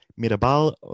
Mirabal